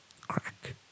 crack